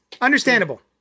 Understandable